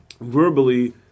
verbally